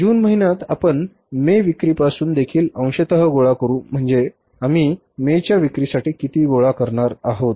जून महिन्यात आपण मे विक्रीपासून देखील अंशतः गोळा करू म्हणजे आम्ही मे च्या विक्रीसाठी किती गोळा करणार आहोत